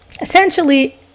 essentially